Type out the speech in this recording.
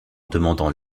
demandant